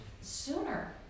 sooner